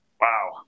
Wow